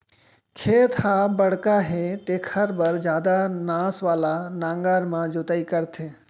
खेत ह बड़का हे तेखर बर जादा नास वाला नांगर म जोतई करथे